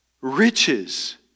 Riches